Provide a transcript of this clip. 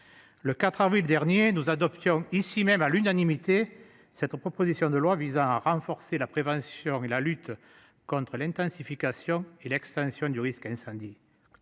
Le 4 avril dernier nous adoptions ici-même à l'unanimité cette proposition de loi visant à renforcer la prévention et la lutte contre l'intensification et l'extension du risque incendie.